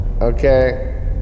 okay